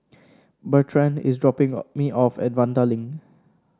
Bertrand is dropping me off at Vanda Link